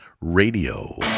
Radio